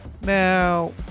Now